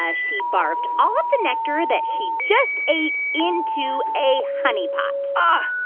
ah she barfed all of the nectar that she just ate into a honey pot ah